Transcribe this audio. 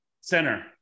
Center